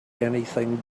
anything